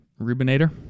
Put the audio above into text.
Rubinator